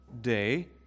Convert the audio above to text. day